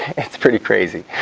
it's pretty crazy